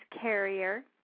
Carrier